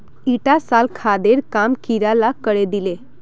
ईटा साल खादेर काम कीड़ा ला करे दिले